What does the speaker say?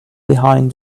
behind